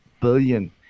billion